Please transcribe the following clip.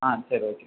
ஆ சரி ஓகே